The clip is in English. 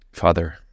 Father